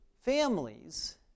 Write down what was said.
families